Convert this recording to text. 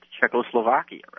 Czechoslovakia